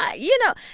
ah you know,